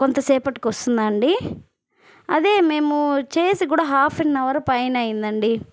కొంతసేపటికి వస్తుందా అండి అదే మేము చేసి కూడా హాఫ్ ఆన్ అవర్ పైన అయ్యిందండి